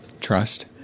Trust